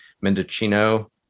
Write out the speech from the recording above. Mendocino